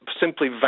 simply